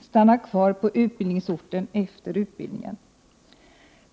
stannar kvar på utbildningsorten efter utbildningen.